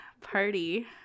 Party